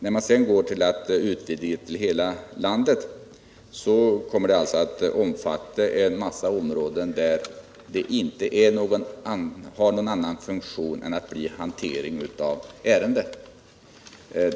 När man sedan går att utvidga lagen till hela landet, kommer den att omfatta en mängd områden där den inte har någon annan funktion än att öka hanteringen av ärenden.